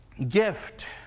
Gift